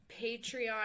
patreon